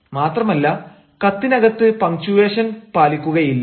മാത്രമല്ല കത്തിനകത്ത് പങ്ച്ചുവേഷൻ പാലിക്കുകയില്ല